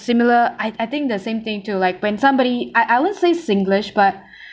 similar I I think the same thing too like when somebody I I wouldn't say singlish but